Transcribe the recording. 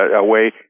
away